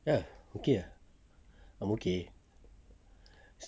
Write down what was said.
ya okay ah I'm okay still